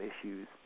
issues